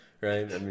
right